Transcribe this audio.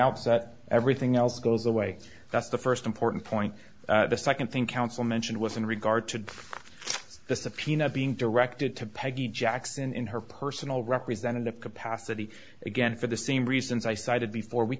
outset everything else goes away that's the first important point the second thing counsel mentioned was in regard to the subpoena being directed to peggy jackson in her personal representative capacity again for the same reasons i cited before we